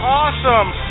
awesome